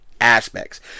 aspects